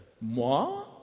moi